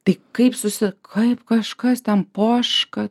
tai kaip susi kaip kažkas ten poška